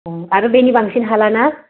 आरो बेनि बांसिन हालाना